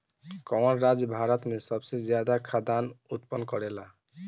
कवन राज्य भारत में सबसे ज्यादा खाद्यान उत्पन्न करेला?